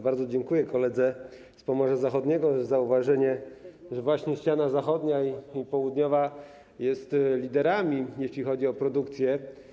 Bardzo dziękuję koledze z Pomorza Zachodniego za zauważenie, że ściana zachodnia i południowa to liderzy, jeśli chodzi o produkcję.